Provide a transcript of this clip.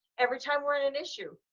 every time we're in an issue.